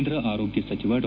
ಕೇಂದ್ರ ಆರೋಗ್ಯ ಸಚಿವ ಡಾ